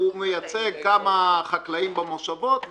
הוא מייצג כמה חקלאים במושבות,